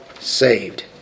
saved